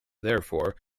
therefore